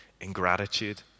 ingratitude